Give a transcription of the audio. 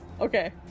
okay